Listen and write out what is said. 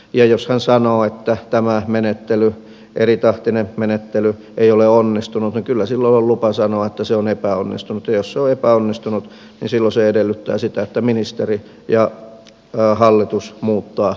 ja jos hän sanoo että tämä menettely eritahtinen menettely ei ole onnistunut niin kyllä silloin on lupa sanoa että se on epäonnistunut ja jos se on epäonnistunut niin silloin se edellyttää sitä että ministeri ja hallitus muuttavat toimintatapaansa